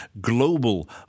global